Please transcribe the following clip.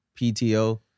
PTO